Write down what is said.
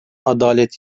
adalet